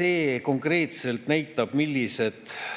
See konkreetselt näitab, millised